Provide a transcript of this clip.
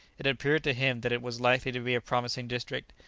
it had appeared to him that it was likely to be a promising district,